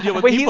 yeah wait.